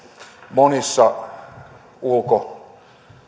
monissa ulko